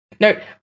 No